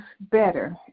better